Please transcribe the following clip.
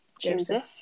Joseph